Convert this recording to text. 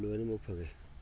ꯂꯣꯏꯅꯃꯛ ꯐꯪꯉꯦ